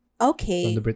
Okay